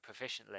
proficiently